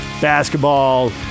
basketball